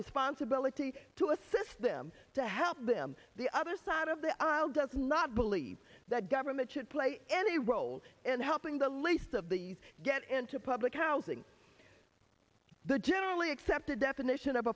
responsibility to assist them to help them the other side of the aisle does not believe that government should play any role in helping the least of these get into public housing the generally accepted definition of